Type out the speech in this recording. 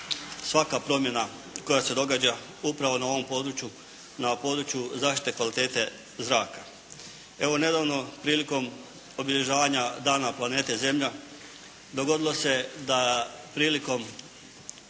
svaka promjena koja se događa upravo na ovom području, na području zaštite kvalitete zraka. Evo nedavno prilikom obilježavanja Dana planete Zemlja dogodilo se da prilikom,